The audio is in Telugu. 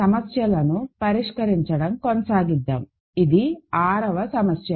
సమస్యలను పరిష్కరించడం కొనసాగిద్దాం ఇది 6వ సమస్య